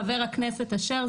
חבר הכנסת אשר,